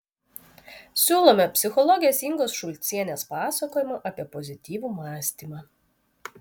siūlome psichologės ingos šulcienės pasakojimą apie pozityvų mąstymą